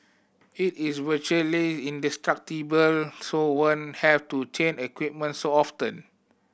it is virtually indestructible so won't have to change equipment so often